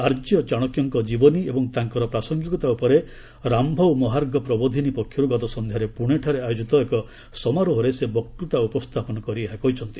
ଆର୍ଯ୍ୟ ଚାଶକ୍ୟଙ୍କ ଜୀବନୀ ଏବଂ ତାଙ୍କର ପ୍ରାସଙ୍ଗିକତା ଉପରେ ରାମ୍ଭାଉ ମହାର୍ଘ୍ୟ ପ୍ରବୋଧିନି ପକ୍ଷରୁ ଗତ ସନ୍ଧ୍ୟାରେ ପୁଣେଠାରେ ଆୟୋକିତ ଏକ ସମାରୋହରେ ସେ ବକ୍ତୁତା ଉପସ୍ଥାପନ କରି ଏହା କହିଛନ୍ତି